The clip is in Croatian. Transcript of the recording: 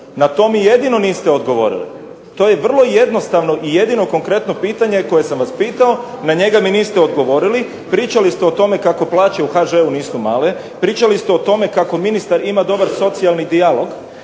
na to mi jedino niste odgovorili. To je vrlo jednostavno i jedino konkretno pitanje koje sam vas pitao, na njega mi niste odgovorili. Pričali ste o tome kako plaće u HŽ-u nisu male, pričali ste o tome kako ministar ima dobar socijalni dijalog